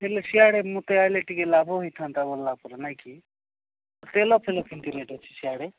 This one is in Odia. ହେଲେ ସିଆଡ଼େ ମୋତେ ଆଇଲେ ଟିକେ ଲାଭ ହେଇଥାନ୍ତା ଗଲା ପରେ ନାଇଁକି ତେଲଫେଲ କେମିତି ରେଟ୍ ଅଛି ସିଆଡ଼େ